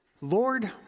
Lord